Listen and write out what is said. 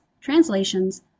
translations